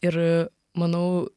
ir manau